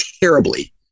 terribly